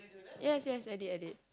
yes yes I did I did